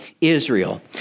Israel